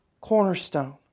cornerstone